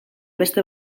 beste